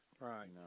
right